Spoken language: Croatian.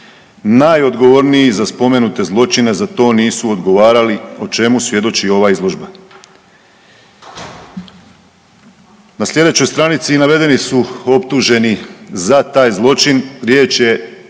najodgovorniji za spomenute zločine za to nisu odgovarali o čemu svjedoči ova izložba.“ Na sljedećoj stranici navedeni su optuženi za taj zločin, riječ je